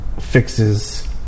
fixes